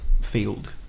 field